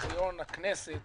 מארכיון הכנסת